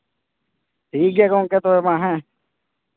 ᱴᱷᱤᱠ ᱜᱮᱭᱟ ᱜᱚᱢᱠᱮ ᱛᱚᱵᱮ ᱢᱟ ᱦᱮᱸ